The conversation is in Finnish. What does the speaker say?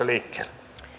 liikkeelle